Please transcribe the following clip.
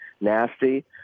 nasty